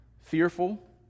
fearful